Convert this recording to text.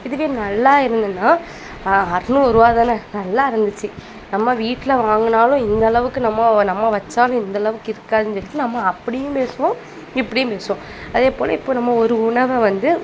இதுவே நல்லா இருந்ததுன்னா அறநூறுபா தானே நல்லா இருந்துச்சு நம்ம வீட்டில வாங்கினாலும் இந்தளவுக்கு நம்ம நம்ம வச்சாலும் இந்தளவுக்கு இருக்காதுன்னு சொல்லிட்டு நம்ம அப்படியும் பேசுவோம் இப்படியும் பேசுவோம் அதே போல் இப்போ நம்ம ஒரு உணவை வந்து